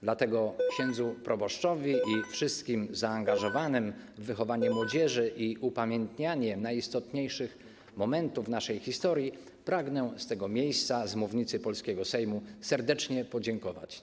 Dlatego księdzu proboszczowi i wszystkim zaangażowanym w wychowanie młodzieży i upamiętnianie najistotniejszych momentów naszej historii pragnę z tego miejsca, z mównicy polskiego Sejmu serdecznie podziękować.